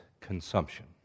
consumption